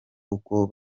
uko